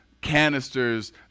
canisters